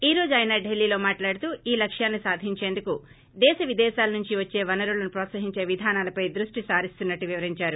ఈ రోజు ఆయన డిల్లీలో మాట్లాడుతూ ఈ లక్ష్యాన్ని సాధించేందుకు దేశ విదేశాల నుంచి వచ్చే వనరులను ప్రోత్సహించే విధానాలపై ద్రుష్టి సారిస్తున్నట్టు వివరించారు